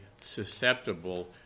susceptible